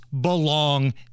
belong